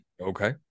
Okay